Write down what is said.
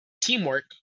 teamwork